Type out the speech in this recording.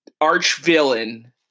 arch-villain